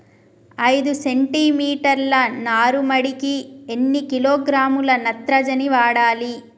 ఐదు సెంటి మీటర్ల నారుమడికి ఎన్ని కిలోగ్రాముల నత్రజని వాడాలి?